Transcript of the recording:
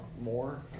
more